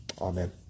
Amen